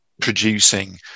producing